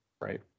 Right